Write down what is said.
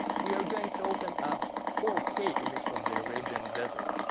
we are going to open a four k image of the arabian desert.